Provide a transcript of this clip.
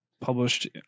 published